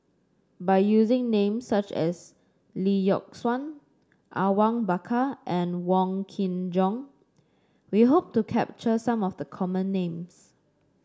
by using names such as Lee Yock Suan Awang Bakar and Wong Kin Jong we hope to capture some of the common names